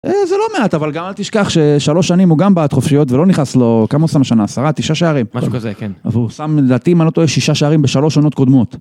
זה לא מעט, אבל גם אל תשכח ששלוש שנים הוא גם בעט חופשיות ולא נכנס לו, כמה הוא שם השנה? עשרה, תשעה שערים? משהו כזה, כן. אז הוא שם, לדעתי, אם אני לא טועה, שישה שערים בשלוש שנות קודמות.